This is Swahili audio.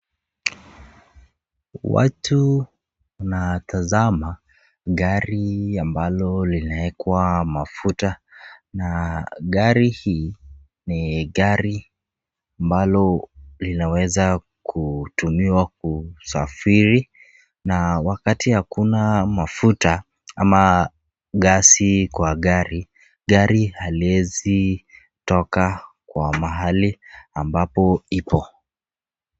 Watu wanatazama gari ambalo linawekwa mafuta gari hii ni gari ambalo linaweza kutumiwa kusafiri na wakati hakuna mafuta ama gesi kwa gari. Gari haliwezi toka kwa mahali ambapo ipo.